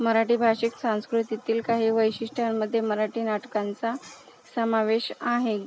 मराठी भाषेत संस्कृतीतील काही वैशिष्ट्यांमध्ये मराठी नाटकांचा समावेश आहे